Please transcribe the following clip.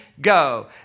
Go